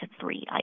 three